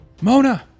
Mona